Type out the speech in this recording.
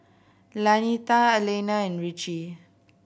Lanita Alaina and Ritchie